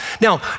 Now